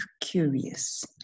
curious